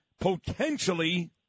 potentially